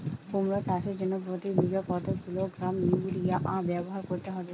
কুমড়ো চাষের জন্য প্রতি বিঘা কত কিলোগ্রাম ইউরিয়া ব্যবহার করতে হবে?